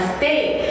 state